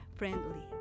friendly